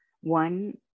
one